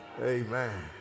amen